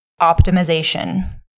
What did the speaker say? optimization